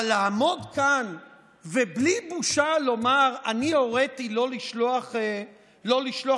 אבל לעמוד כאן ובלי בושה לומר: אני הוריתי לא לשלוח נציגים,